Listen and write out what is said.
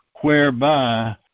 whereby